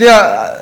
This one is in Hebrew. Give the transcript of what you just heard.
שנייה.